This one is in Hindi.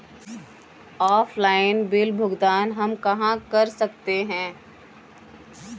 ऑफलाइन बिल भुगतान हम कहां कर सकते हैं?